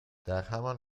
درهمان